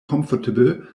comfortable